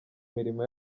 mirimo